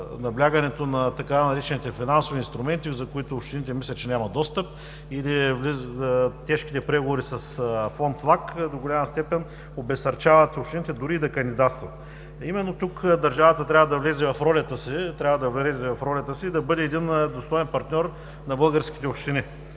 наблягането на така наречените „финансови инструменти“, за които общините мисля, че нямат достъп, или тежките преговори с Фонд ФЛАГ до голяма степен обезсърчават общините дори и да кандидатстват. Именно тук държавата трябва да влезе в ролята си и да бъде един достоен партньор на българските общини